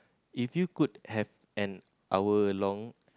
if you could have an hour long